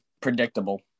predictable